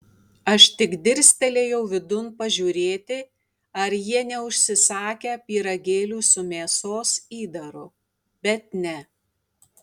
aš tik dirstelėjau vidun pažiūrėti ar jie neužsisakę pyragėlių su mėsos įdaru bet ne